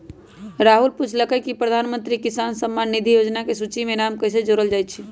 राहुल पूछलकई कि प्रधानमंत्री किसान सम्मान निधि योजना के सूची में नाम कईसे जोरल जाई छई